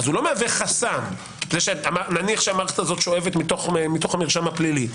נניח שהמערכת הזו שואבת מתוך המרשם הפלילי.